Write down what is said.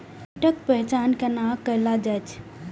कीटक पहचान कैना कायल जैछ?